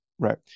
Right